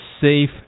safe